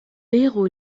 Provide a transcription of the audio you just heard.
héros